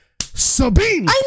Sabine